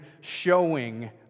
showing